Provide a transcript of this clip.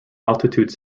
altitude